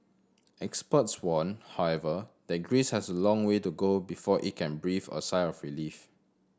experts warn however that Greece has a long way to go before it can breathe a sigh of relief